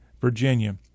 Virginia